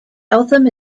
eltham